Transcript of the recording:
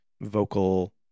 vocal